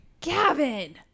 Gavin